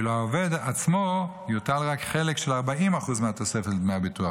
ואילו על העובד עצמו יוטל רק חלק של 40% מהתוספת של דמי הביטוח.